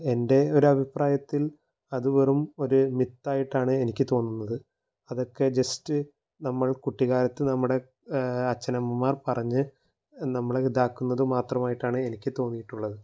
എൻ്റെ ഒരഭിപ്രായത്തിൽ അത് വെറും ഒരു മിത്തായിട്ടാണ് എനിക്ക് തോന്നുന്നത് അതൊക്കെ ജസ്റ്റ് നമ്മൾ കുട്ടിക്കാലത്ത് നമ്മുടെ അച്ഛനമ്മമാർ പറഞ്ഞ് നമ്മളെ ഇതാക്കുന്നത് മാത്രമായിട്ടാണ് എനിക്ക് തോന്നിയിട്ടുള്ളത്